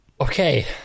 Okay